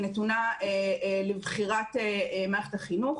היא נתונה לבחירת מערכת החינוך.